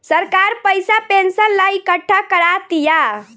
सरकार पइसा पेंशन ला इकट्ठा करा तिया